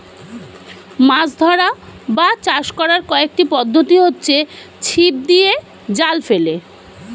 মাছ ধরা বা চাষ করার কয়েকটি পদ্ধতি হচ্ছে ছিপ দিয়ে, জাল ফেলে